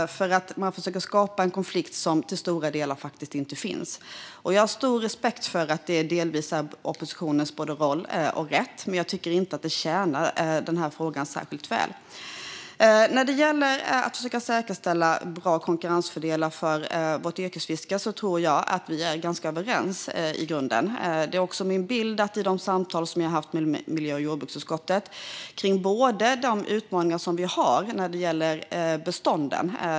Man försöker skapa en konflikt som till stor del faktiskt inte finns. Jag har stor respekt för att det är oppositionens både roll och rätt. Men jag tycker inte att det tjänar frågan särskilt väl. När det gäller att försöka säkerställa bra konkurrensfördelar för vårt yrkesfiske tror jag att vi i grunden är ganska överens. Det är också min bild utifrån de samtal jag har haft med miljö och jordbruksutskottet om bland annat de utmaningar vi har när det gäller bestånden.